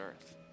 earth